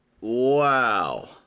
Wow